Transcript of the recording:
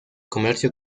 comercio